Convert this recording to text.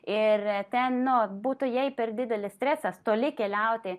ir ten nu būtų jai per didelis stresas toli keliauti